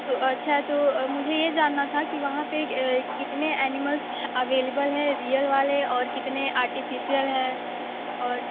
तो अच्छा तो मुझे ये जानना था कि वहां पे कितने ऐनिमल्स अवेलेबल हैं रिअल वाले और कितने आर्टिफिशियल हैं और